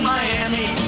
Miami